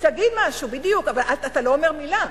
שיגיד משהו, בדיוק, אבל אתה לא אומר מלה.